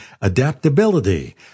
Adaptability